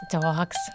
Dogs